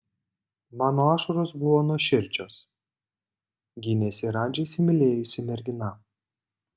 mano ašaros buvo nuoširdžios gynėsi radži įsimylėjusi mergina